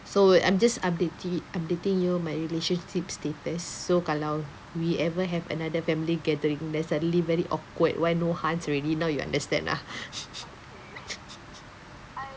so well I'm just updati~ updating you my relationship status so kalau we ever have another family gathering then suddenly very awkward why no Hans already now you understand lah